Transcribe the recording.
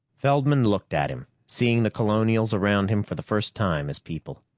feldman looked at him, seeing the colonials around him for the first time as people.